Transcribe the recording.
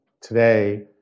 today